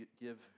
give